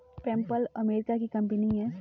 PayPal America की company है